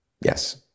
Yes